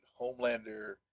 Homelander